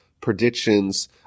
predictions